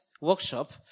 workshop